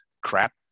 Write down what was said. crap